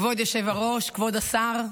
כבוד היושב-ראש, כבוד השר,